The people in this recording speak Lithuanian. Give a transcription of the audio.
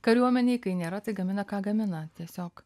kariuomenei kai nėra tai gamina ką gamina tiesiog